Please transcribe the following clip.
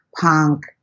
punk